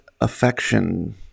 affection